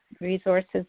resources